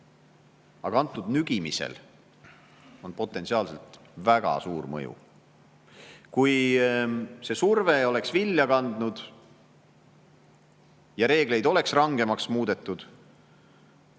Aga kõnealusel nügimisel on potentsiaalselt väga suur mõju. Kui see surve oleks vilja kandnud ja reegleid oleks ideoloogiast